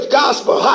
gospel